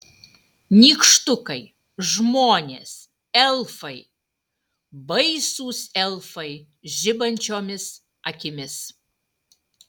nykštukai žmonės elfai baisūs elfai žibančiomis akimis